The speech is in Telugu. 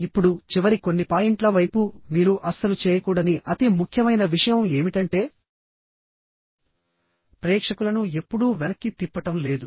ఇప్పుడు చివరి కొన్ని పాయింట్ల వైపు మీరు అస్సలు చేయకూడని అతి ముఖ్యమైన విషయం ఏమిటంటే ప్రేక్షకులను ఎప్పుడూ వెనక్కి తిప్పటం లేదు